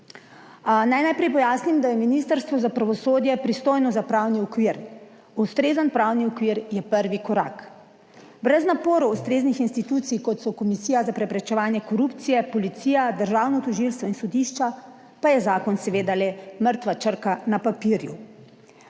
Naj najprej pojasnim, da je Ministrstvo za pravosodje pristojno za pravni okvir. Ustrezen pravni okvir je prvi korak brez naporov ustreznih institucij, kot so Komisija za preprečevanje korupcije, policija, Državno tožilstvo in sodišča, pa je zakon seveda le mrtva črka na papirju.